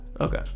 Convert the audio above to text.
okay